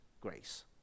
grace